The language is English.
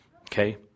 Okay